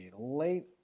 late